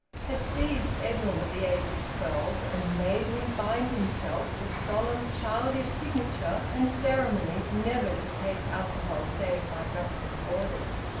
had seized edwin at the age of twelve and made him bind himself with solemn childish signature and ceremonies never to taste alcohol save by doctor's orders.